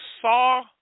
saw